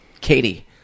Katie